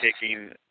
taking